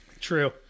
True